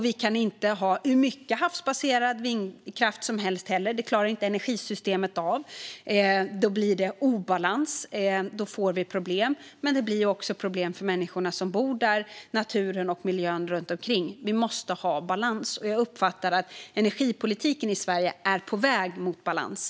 Vi kan inte heller ha hur mycket havsbaserad vindkraft som helst; det klarar inte energisystemet av. Då blir det obalans, och då får vi problem. Det blir också problem för de människor som bor i närheten, för naturen och för miljön runt omkring. Vi måste ha balans, och jag uppfattar att energipolitiken i Sverige är på väg mot balans.